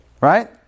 Right